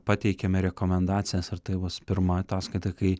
pateikiame rekomendacijas ar tai bus pirma ataskaita kai